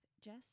Jess